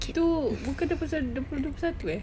itu bukan dia pasal dua puluh dua puluh satu eh